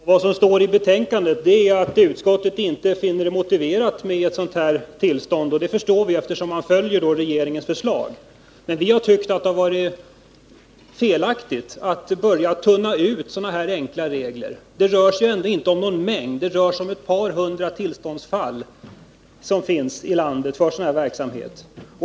Herr talman! Vad som står i betänkandet är ju att utskottet inte finner det motiverat med ett sådant tillstånd för koncerninkasso. Det förstår vi, eftersom utskottsmajoriteten följer regeringens förslag. Men vi har tyckt att det är felaktigt att börja tunna ut så enkla regler — det rör sig ju inte om någon större mängd, utan bara om ett par hundra tillståndsfall i landet av sådan verksamhet.